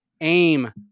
aim